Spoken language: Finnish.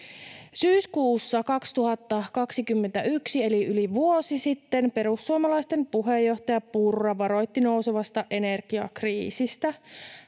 Syyskuussa 2021 eli yli vuosi sitten, perussuomalaisten puheenjohtaja Purra varoitti nousevasta energiakriisistä.